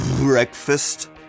breakfast